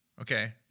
okay